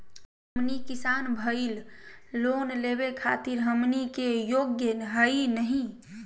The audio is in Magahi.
हमनी किसान भईल, लोन लेवे खातीर हमनी के योग्य हई नहीं?